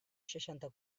seixanta